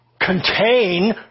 contain